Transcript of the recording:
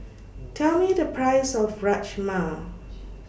Tell Me The Price of Rajma